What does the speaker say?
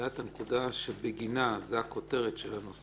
את הנקודה שבגינה זו הכותרת של הנושא: